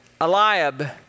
Eliab